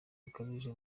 bukabije